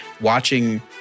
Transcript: watching